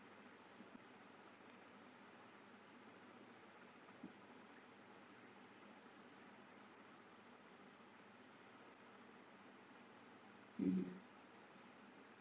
(uh huh)